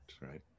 right